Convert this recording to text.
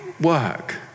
work